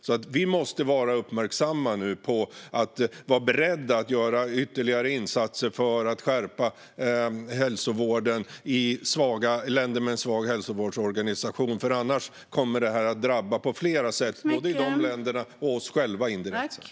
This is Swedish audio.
Vi måste alltså vara uppmärksamma och beredda att göra ytterligare insatser för att skärpa hälsovården i länder med en svag hälsovårdsorganisation. Annars kommer detta att drabba både dessa länder och, indirekt, oss själva på flera sätt.